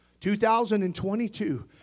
2022